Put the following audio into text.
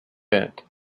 bent